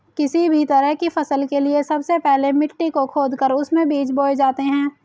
किसी भी तरह की फसल के लिए सबसे पहले मिट्टी को खोदकर उसमें बीज बोए जाते हैं